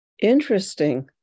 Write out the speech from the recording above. Interesting